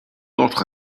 autres